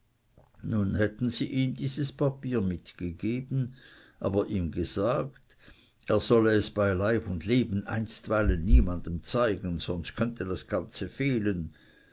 nun hätten sie ihm dieses papier mitgegeben aber ihm gesagt er solle es bei leib und leben einstweilen niemandes zeigen sonst könnte das ganze fehlen